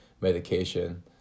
medication